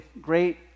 great